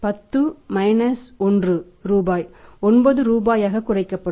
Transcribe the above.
10 1ரூபாய் 9 ரூபாயாக குறைக்கப்படும்